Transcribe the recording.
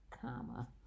comma